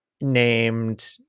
named